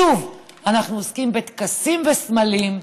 שוב אנחנו עוסקים בטקסים וסמלים.